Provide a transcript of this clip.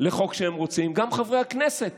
לחוק שהם רוצים, גם חברי הכנסת